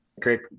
Great